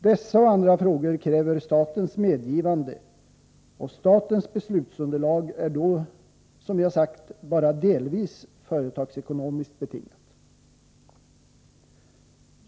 Dessa och andra frågor kräver statens medgivande, och statens beslutsunderlag är då, som jag sagt, bara delvis företagsekonomiskt betingat.